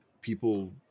people